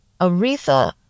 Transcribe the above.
Aretha